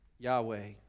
Yahweh